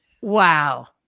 Wow